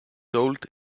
sold